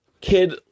kid